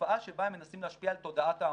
לתופעה שבה הם מנסים להשפיע על תודעת ההמונים,